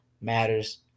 matters